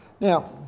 Now